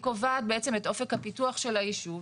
היא קובעת בעצם את אופק הפיתוח של הישוב,